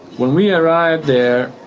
when we arrived there,